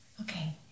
Okay